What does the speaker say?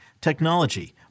technology